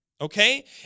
okay